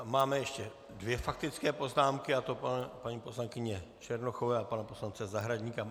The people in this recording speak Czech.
Máme ještě dvě faktické poznámky, a to paní poslankyně Černochové a pana poslance Zahradníka.